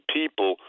people